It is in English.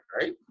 right